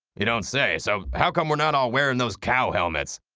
you don't say, so how come we're not all wearing those cow helmets?